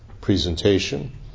presentation